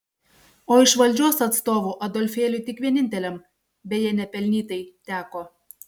o iš valdžios atstovų adolfėliui tik vieninteliam beje nepelnytai teko